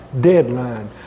deadline